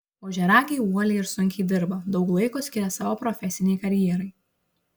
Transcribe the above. ožiaragiai uoliai ir sunkiai dirba daug laiko skiria savo profesinei karjerai